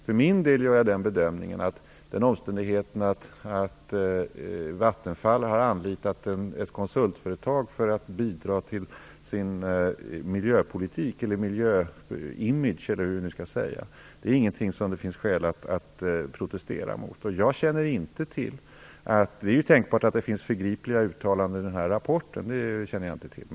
För min del gör jag den bedömningen att den omständigheten att Vattenfall har anlitat ett konsultföretag för att bidra till sin miljöpolitik eller "miljöimage" är ingenting som det finns skäl att protestera mot. Det är ju tänkbart att det finns förgripliga uttalanden i rapporten. Det känner jag inte till.